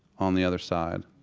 on the other side.